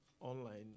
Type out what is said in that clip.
online